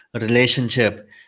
relationship